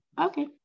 Okay